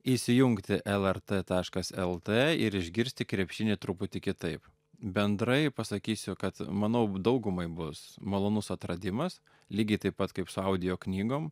įsijungti lrt taškas lt ir išgirsti krepšinį truputį kitaip bendrai pasakysiu kad manau daugumai bus malonus atradimas lygiai taip pat kaip su audio knygom